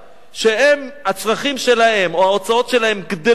שהם, הצרכים שלהם, או ההוצאות שלהם גדלות